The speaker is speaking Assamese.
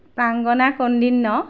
প্ৰাংগনা কন্দিন্য